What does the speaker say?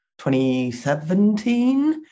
2017